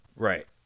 Right